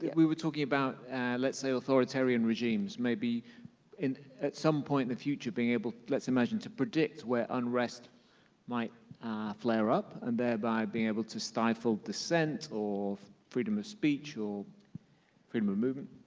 we were talking about let's say authoritarian regimes maybe and at some point in the future being able, let's imagine, to predict where unrest might flare up and thereby be able to stifle dissent or freedom of speech or freedom of movement.